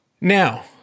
Now